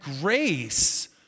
grace